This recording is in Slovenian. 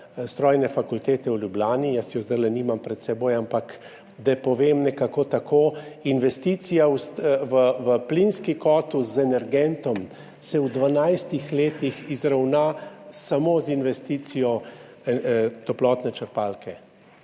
strojne fakultete v Ljubljani. Jaz je zdaj nimam pred seboj, ampak da povem nekako tako – investicija v plinski kotel z energentom se v 12 letih izravna samo z investicijo toplotne črpalke.